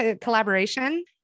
collaboration